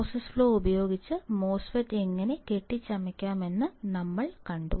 process flow ഉപയോഗിച്ച് MOSFET എങ്ങനെ കെട്ടിച്ചമയ്ക്കാമെന്ന് ഞങ്ങൾ കണ്ടു